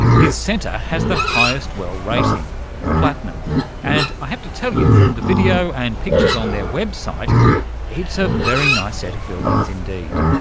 his center has the highest well rating platinum and i have to tell you from the video and pictures on the ah website it's a very nice set of buildings indeed.